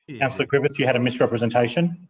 councillor griffiths, you had a misrepresentation?